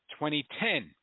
2010